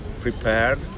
prepared